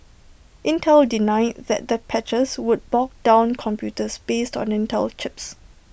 Intel denied that the patches would bog down computers based on Intel chips